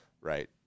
right